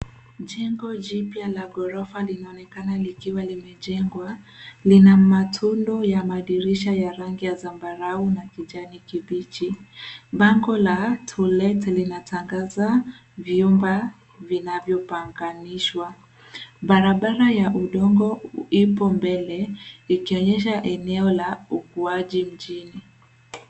Jengo jipya la ghorofa linaonekana likiwa limejengwa. Lina matundu ya madirisha ya rangi ya zambarau na kijani kibichi. Bango la to let linatangaza vyumba vinavyopanganishwa. Barabara ya udongo ipo mbele, ikionyesha eneo la ukuaji mjini.